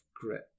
grit